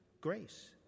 grace